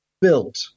built